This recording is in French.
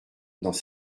dans